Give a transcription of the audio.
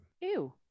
Ew